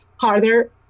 harder